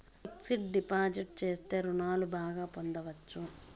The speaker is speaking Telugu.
ఫిక్స్డ్ డిపాజిట్ చేస్తే రుణాలు బాగా పొందొచ్చు